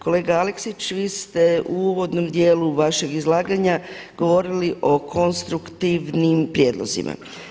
Kolega Aleksić, vi ste u uvodnom dijelu vašeg izlaganja govorili o konstruktivnim prijedlozima.